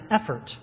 effort